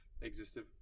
existed